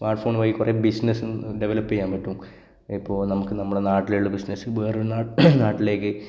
smart phone വഴി കുറേ ബിസിനസ്സും ഡെവലപ്പ് ചെയ്യാന് പറ്റും ഇപ്പോൾ നമുക്ക് നമ്മുടെ നാട്ടിലുള്ള ബിസിനസ്സ് വേറൊരു നാ നാട്ടിലേക്ക്